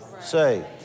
say